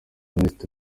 minisiteri